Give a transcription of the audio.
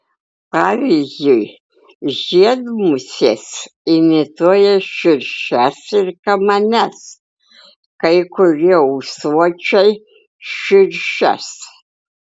pavyzdžiui žiedmusės imituoja širšes ir kamanes kai kurie ūsuočiai širšes